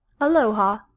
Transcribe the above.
Aloha